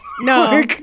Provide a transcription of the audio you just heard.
No